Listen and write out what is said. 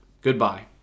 Goodbye